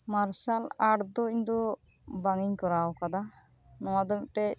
ᱢᱟᱨᱥᱟᱞ ᱟᱨᱴ ᱫᱚ ᱤᱧ ᱫᱚ ᱵᱟᱝᱤᱧ ᱠᱚᱨᱟᱣ ᱟᱠᱟᱫᱟ ᱱᱚᱶᱟ ᱫᱚ ᱢᱤᱫ ᱴᱮᱱ